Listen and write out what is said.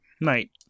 knight